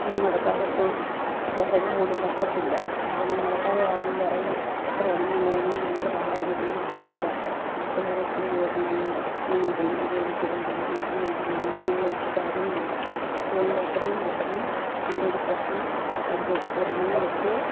ഈ മഴക്കാലത്ത് വിറക് പോലും കത്തത്തില്ല കാരണം മഴക്കാലം ആകുമ്പോൾ വിറക് എത്ര ഉണങ്ങിയെന്ന് പറഞ്ഞാലും ഭയങ്കര പാടാണ് ഒന്ന് തീ പിടിപ്പിച്ചെടുക്കാൻ പിള്ളേരെ സ്കൂളിൽ വിടണം പിന്നെ പുള്ളിക്ക് ജോലിക്ക് പോകണം എനിക്ക് ജോലിക്ക് പോകണം ഇങ്ങനെയുള്ള ഒത്തിരി കാര്യങ്ങളുണ്ട് അതുകൊണ്ട് എത്രയും പെട്ടെന്ന് ഇതിൻ്റെ ഒരു പ്രശ്നം പരിഹരിച്ച് തരണമെന്ന് ഏറ്റവും